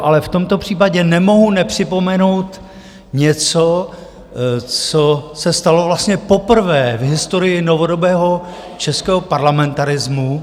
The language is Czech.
Ale v tomto případě nemohu nepřipomenout něco, co se stalo vlastně poprvé v historii novodobého českého parlamentarismu.